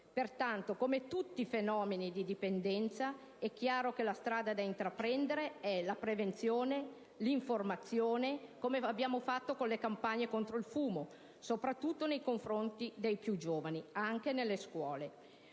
Pertanto, come tutti i fenomeni di dipendenza, è chiaro che la strada da intraprendere è la prevenzione e l'informazione, come è stato fatto con le campagne contro il fumo, soprattutto nei confronti dei più giovani anche nelle scuole,